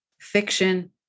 fiction